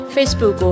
Facebook